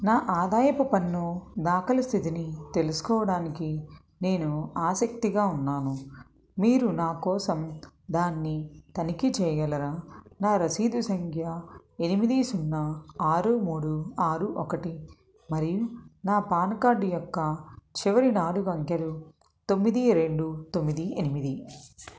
నా ఆదాయపు పన్ను దాఖలు స్థితిని తెలుసుకోవడానికి నేను ఆసక్తిగా ఉన్నాను మీరు నా కోసం దాన్ని తనిఖీ చేయగలరా నా రసీదు సంఖ్య ఎనిమిది సున్నా ఆరు మూడు ఆరు ఒకటి మరియు నా పాన్ కార్డు యొక్క చివరి నాలుగు అంకెలు తొమ్మిది రెండు తొమ్మిది ఎనిమిది